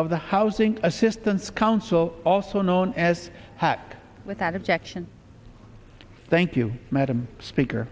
of the housing assistance council also known as hack without objection thank you madam speaker